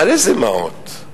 איזה מעות?